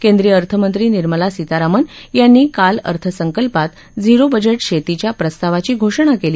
केंद्रीय अर्थ मंत्री निर्मला सीतारामन यांनी काल अर्थसंकल्पात झिरो बजेट शेतीच्या प्रस्तावाची घोषणा केली